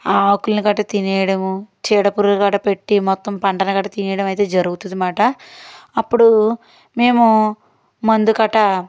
ఆకుల్ని గట్ర తినేయడమూ చీడపురులు గట్ర పెట్టి మొత్తం పంటని కట్ట తినేయడం అయితే జరుగుతుందన్నమాట అప్పుడు మేము మందు గట్ర